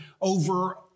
over